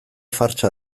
fartsa